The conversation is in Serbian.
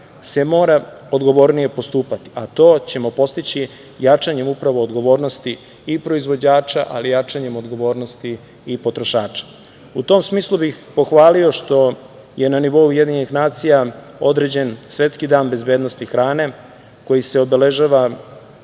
se mora odgovornije postupati, a to ćemo postići jačanjem upravo odgovornosti i proizvođača, ali i jačanjem odgovornosti i potrošača.U tom smislu bih pohvalio što je na nivou UN određen Svetski dan bezbednost hrane, koji se obeležava